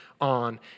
on